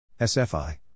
SFI